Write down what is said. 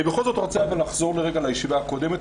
אני בכל זאת רוצה לחזור לרגע לישיבה הקודמת.